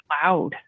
cloud